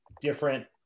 different